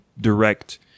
direct